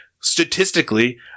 statistically